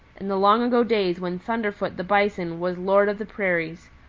in the long-ago days when thunderfoot the bison was lord of the prairies,